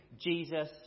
Jesus